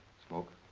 smokes!